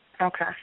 Okay